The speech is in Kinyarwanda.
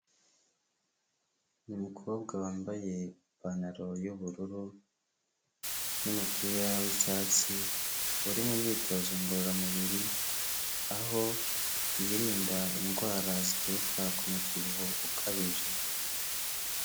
Ni umukobwa wambaye ipantaro y'ubururu n'umupira w'icyatsi, uri mu myitozo ngororamubiri, aho yirinda indwara zituruka ku mubyibuho ukabije.